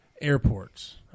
Airports